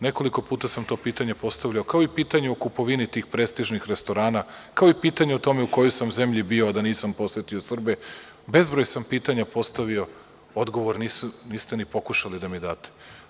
Nekoliko puta sam to pitanje postavljao, kao i pitanje o kupovini tih prestižnih restorana, kao i pitanje o tome u kojoj sam zemlji bio, a da nisam posetio Srbe, bezbroj sam pitanja postavio, odgovor niste ni pokušali da mi date.